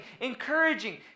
encouraging